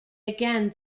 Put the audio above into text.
again